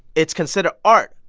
it's considered art?